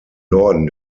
norden